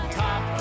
top